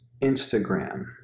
Instagram